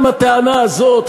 גם הטענה הזאת,